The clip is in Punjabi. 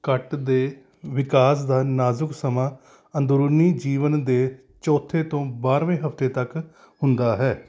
ਕੱਟ ਦੇ ਵਿਕਾਸ ਦਾ ਨਾਜ਼ੁਕ ਸਮਾਂ ਅੰਦਰੂਨੀ ਜੀਵਨ ਦੇ ਚੌਥੇ ਤੋਂ ਬਾਰਵੇਂ ਹਫ਼ਤੇ ਤੱਕ ਹੁੰਦਾ ਹੈ